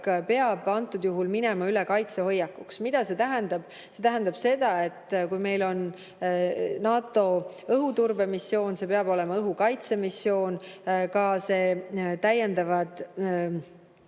peab antud juhul minema üle kaitsehoiakuks. Mida see tähendab? See tähendab seda, et kui meil on NATO õhuturbemissioon, siis see peab olema õhukaitsemissioon. Ka see täiendav